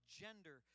gender